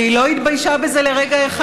והיא לא התביישה בזה לרגע אחד.